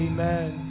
Amen